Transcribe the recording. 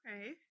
okay